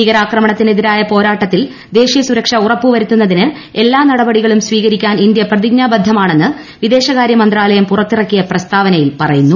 ഭീകരാക്രമണത്തിന് എതിരായ പോരാട്ടത്തിൽ ദേശീയ സുരക്ഷാ ഉറപ്പുവരുത്തുന്നതിന് എല്ലാ നടപടികളും സ്വീകരിക്കാൻ ഇന്ത്യ പ്രതിജ്ഞാബദ്ധമാണെന്ന് വിദേശകാര്യ മന്ത്രാലയം പുറത്തിറക്കിയ പ്രസ്താവനയിൽ പറയുന്നു